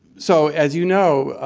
so, as you know,